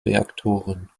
reaktoren